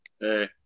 Hey